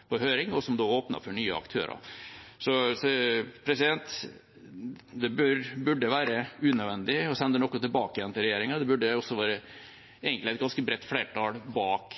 Det burde også være et ganske bredt flertall bak